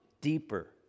deeper